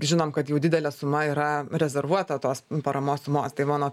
žinom kad jau didelė suma yra rezervuota tos paramos sumos tai mano